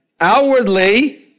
Outwardly